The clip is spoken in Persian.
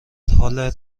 حال